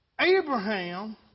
Abraham